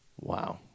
Wow